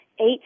eight